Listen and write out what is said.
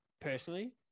personally